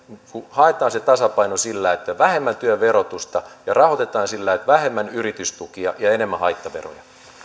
haetaan se tasapaino sillä että vähemmän työn verotusta ja rahoitetaan sillä että vähemmän yritystukia ja enemmän haittaveroja myönnän